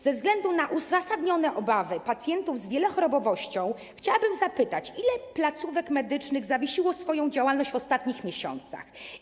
Ze względu na uzasadnione obawy pacjentów z wielochorobowością chciałabym zapytać: Ile placówek medycznych zawiesiło swoją działalność w ostatnich miesiącach?